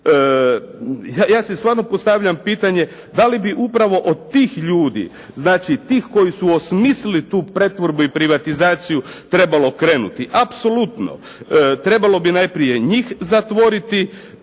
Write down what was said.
Ja si stvarno postavljam pitanje da li bi upravo od tih ljudi, znači tih koji su osmislili tu pretvorbu i privatizaciju trebalo krenuti? Apsolutno, trebalo bi najprije njih zatvoriti,